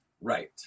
Right